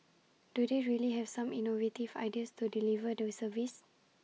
do they really have some innovative ideas to deliver the service